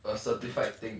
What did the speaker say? a certified thing